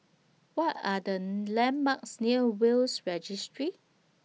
What Are The landmarks near Will's Registry